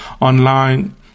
online